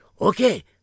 okay